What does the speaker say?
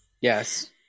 Yes